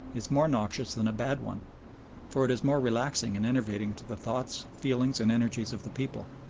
is more noxious than a bad one for it is more relaxing and enervating to the thoughts, feelings, and energies of the people.